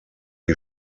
die